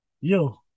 yo